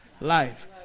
Life